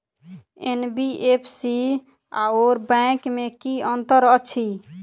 NBFC आओर bank मे की अंतर अछि?